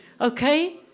Okay